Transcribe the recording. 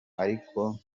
ariko